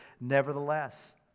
Nevertheless